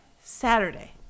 Saturday